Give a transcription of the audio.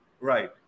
Right